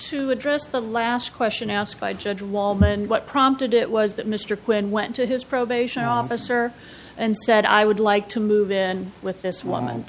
to address the last question asked by judge wallman what prompted it was that mr quinn went to his probation officer and said i would like to move in with this woman